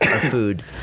food